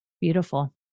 Beautiful